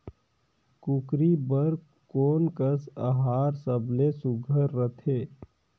कूकरी बर कोन कस आहार सबले सुघ्घर रथे?